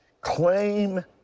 claim